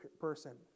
person